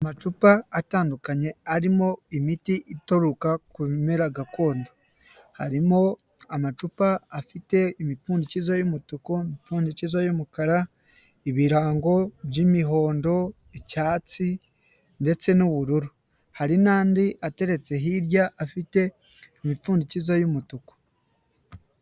Amacupa atandukanye arimo imiti ituruka ku bimera gakondo. Harimo amacupa afite imipfundikizo y'umutuku, imipfundikizo y'umukara, ibirango by'imihondo, icyatsi ndetse n'ubururu. Hari n'andi ateretse hirya afite imipfundikizo y'umutuku.